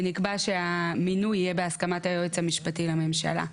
ונקבע שהמינוי יהיה בהסכמת היועץ המשפטי לממשלה,